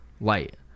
light